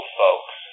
folks